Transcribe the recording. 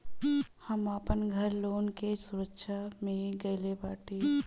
हम आपन घर लोन के सुरक्षा मे धईले बाटी